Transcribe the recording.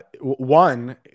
one